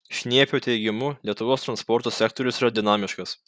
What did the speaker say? šniepio teigimu lietuvos transporto sektorius yra dinamiškas